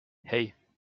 hei